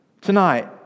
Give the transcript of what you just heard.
tonight